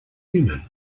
human